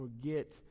forget